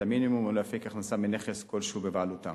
המינימום או להפיק הכנסה מנכס כלשהו בבעלותם.